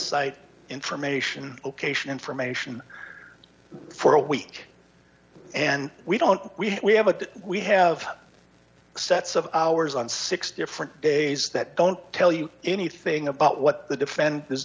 site information information for a week and we don't we have a we have sets of hours on six different days that don't tell you anything about what the defend